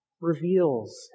reveals